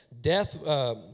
Death